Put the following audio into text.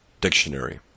dictionary